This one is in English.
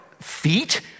Feet